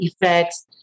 effects